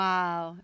Wow